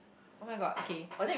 [oh]-my-god okay